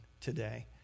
today